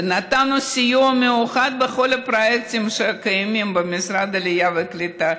ונתנו סיוע מיוחד בכל הפרויקטים שקיימים במשרד העלייה והקליטה.